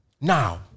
Now